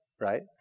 right